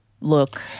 look